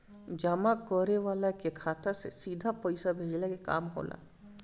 जमा करे वाला के खाता में सीधा पईसा भेजला के काम होला